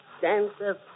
dances